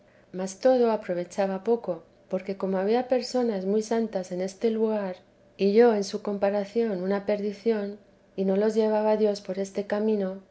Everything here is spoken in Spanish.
mas todo aprovechaba poco porque como había personas muy santas en este lugar y yo en su comparación una perdición y no los levaba dios por este camino